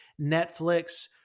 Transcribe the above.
Netflix